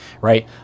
right